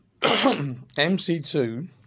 MC2